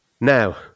now